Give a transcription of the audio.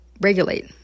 regulate